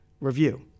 review